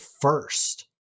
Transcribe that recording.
first